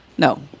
No